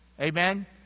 Amen